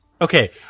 Okay